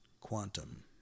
quantum